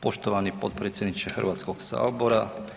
Poštovani potpredsjedniče Hrvatskog sabora.